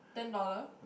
ten dollar